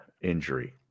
injury